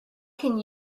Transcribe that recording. can